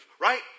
right